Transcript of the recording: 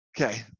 Okay